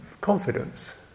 confidence